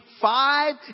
five